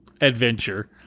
adventure